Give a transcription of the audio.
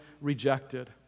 rejected